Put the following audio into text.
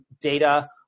data